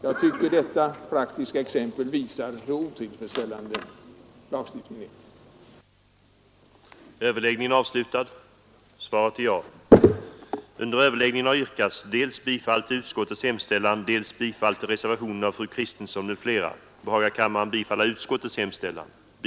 Jag tycker detta praktiska exempel visar hur otillfredsställande lagstiftningen är.